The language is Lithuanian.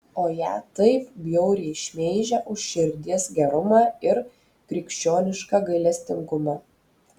o ją taip bjauriai šmeižia už širdies gerumą ir krikščionišką gailestingumą